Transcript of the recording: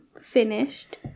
finished